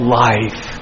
life